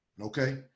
okay